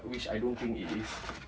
which I don't think it is